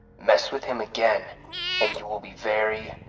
mess with him again and you will be very,